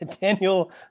Daniel